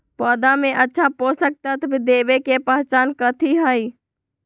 पौधा में अच्छा पोषक तत्व देवे के पहचान कथी हई?